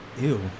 Ew